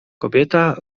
kobieta